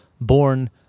born